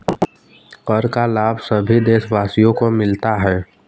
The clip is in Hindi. कर का लाभ सभी देशवासियों को मिलता है